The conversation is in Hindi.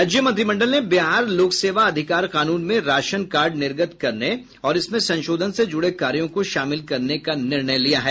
राज्यमंत्रिमंडल ने बिहार लोकसेवा अधिकार कानून में राशन कार्ड निर्गत करने और इसमें संशोधन से जुड़े कार्यों को शामिल करने का निर्णय लिया है